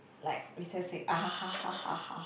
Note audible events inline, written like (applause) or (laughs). like recess week (laughs)